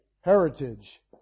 heritage